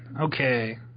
Okay